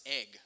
egg